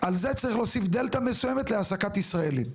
על זה צריך להוסיף דלתא מסוימת להעסקת ישראלים.